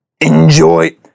enjoy